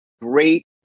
great